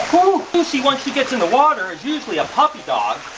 lucy once she gets in the water is usually a puppy dog,